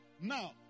Now